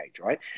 right